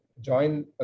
join